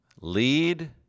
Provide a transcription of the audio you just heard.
lead